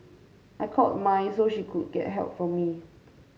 I called my so she could get help for me